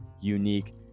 unique